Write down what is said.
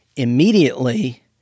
immediately